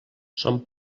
son